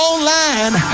Online